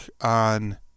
on